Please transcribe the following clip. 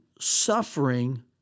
suffering